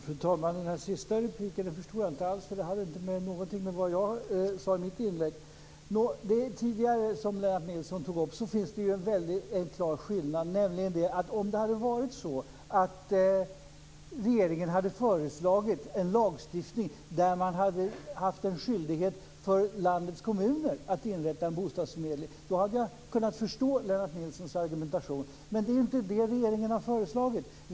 Fru talman! Det sista förstod jag inte alls. Det hade inte med någonting av det jag sade i mitt inlägg att göra. Det finns en väldigt klar skillnad i det Lennart Nilsson tog upp tidigare. Hade regeringen föreslaget en lagstiftning som inneburit att landets kommuner hade haft en skyldighet att inrätta en bostadsförmedling, hade jag kunnat förstå Lennart Nilssons argumentation. Men det är inte det regeringen har föreslagit.